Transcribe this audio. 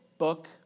book